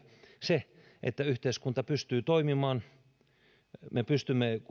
se että yhteiskunta pystyy toimimaan ja me pystymme